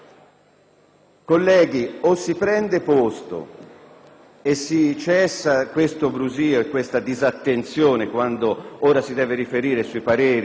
Colleghi, o si prende posto e si cessa questo brusìo e questa disattenzione quando si deve riferire sui pareri